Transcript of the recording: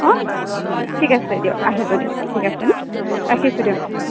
অঁ ঠিক আছে দিয়ক আহিব দিয়ক ঠিক আছে ন ৰাখিছোঁ দিয়ক